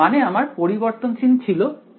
মানে আমার পরিবর্তনশীল ছিল ρ